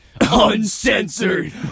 Uncensored